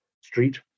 Street